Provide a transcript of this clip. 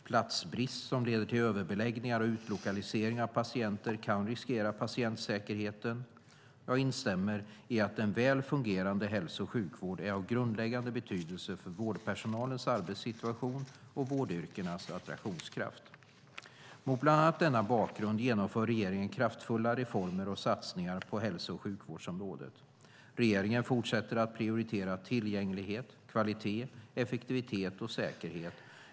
Platsbrist som leder till överbeläggningar och utlokalisering av patienter kan riskera patientsäkerheten. Jag instämmer i att en väl fungerande hälso och sjukvård är av grundläggande betydelse för vårdpersonalens arbetssituation och vårdyrkenas attraktionskraft. Mot bland annat denna bakgrund genomför regeringen kraftfulla reformer och satsningar på hälso och sjukvårdsområdet. Regeringen fortsätter att prioritera tillgänglighet, kvalitet, effektivitet och säkerhet.